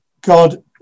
God